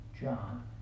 John